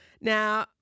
Now